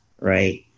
right